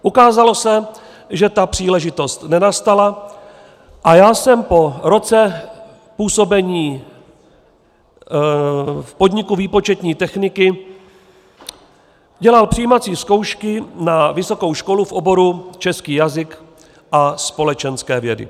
Ukázalo se, že ta příležitost nenastala, a já jsem po roce působení v podniku výpočetní techniky dělal přijímací zkoušky na vysokou školu v oboru český jazyk a společenské vědy.